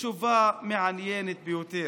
תשובה מעניינת ביותר.